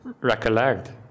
recollect